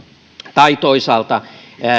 tai toisaalta